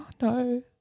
no